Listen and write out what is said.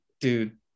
Dude